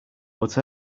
but